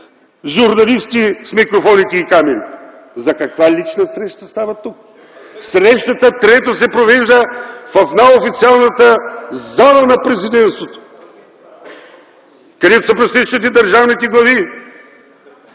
журналисти с микрофоните и камерите. За каква лична среща става въпрос тук?! Трето, срещата се провежда в най-официалната зала на Президентството, където се посрещат и държавните глави.